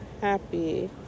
happy